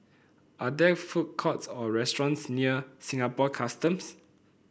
are there food courts or restaurants near Singapore Customs